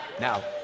Now